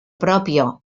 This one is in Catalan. pròpia